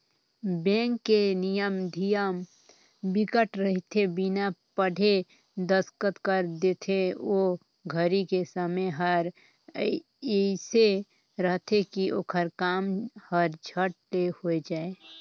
bank के नियम धियम बिकट रहिथे बिना पढ़े दस्खत कर देथे ओ घरी के समय हर एइसे रहथे की ओखर काम हर झट ले हो जाये